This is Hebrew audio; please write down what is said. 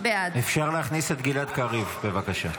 בעד אפשר להכניס את גלעד קריב, בבקשה.